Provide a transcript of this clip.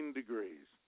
degrees